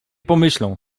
pomyślą